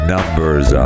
Numbers